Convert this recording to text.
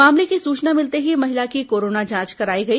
मामले की सूचना मिलते ही महिला की कोरोना जांच कराई गई